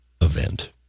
event